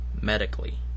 medically